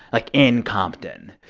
like, in compton.